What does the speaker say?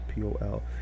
pol